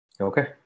okay